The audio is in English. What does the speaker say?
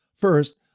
First